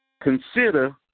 consider